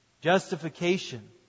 Justification